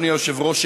אדוני היושב-ראש,